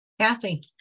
Kathy